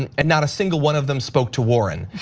and and not a single one of them spoke to warren.